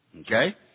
Okay